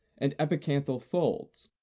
and epicanthal folds.